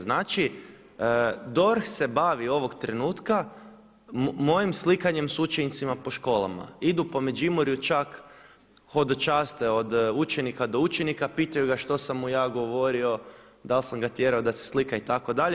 Znači DORH se bavi ovog trenutka mojim slikanjem s učenicima po školama, idu po Međimurju čak hodočaste od učenika do učenika, pitaju ga što sam mu ja govorio, da li sam ga tjerao da se slika itd.